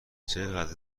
چقدر